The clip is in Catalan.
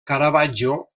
caravaggio